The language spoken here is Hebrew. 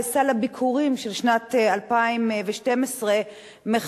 סל הביכורים של שנת 2012 מחייך,